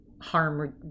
harm